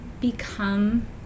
become